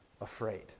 afraid